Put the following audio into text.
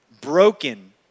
broken